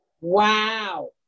Wow